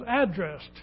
addressed